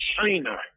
China